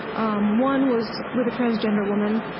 um one was with a transgender woman,